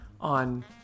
on